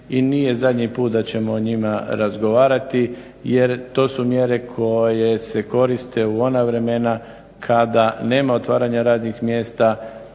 i nije zadnji put da ćemo o njima razgovarati jer to su mjere koje se koriste u ona vremena kada nema otvaranja radnih mjesta,